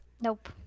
Nope